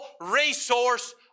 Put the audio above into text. resource